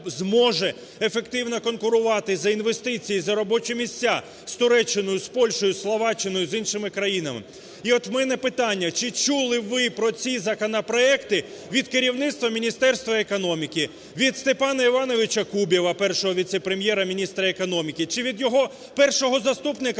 зможе ефективно конкурувати за інвестиції, за робочі місця з Туреччиною, з Польщею, з Словаччиною, з іншими країнами. І от в мене питання. Чи чули ви про ці законопроекти від керівництва Міністерства економіки, від Степана Івановича Кубіва, Першого віце-прем'єр-міністра економіки, чи від його першого заступника